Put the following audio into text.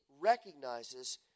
recognizes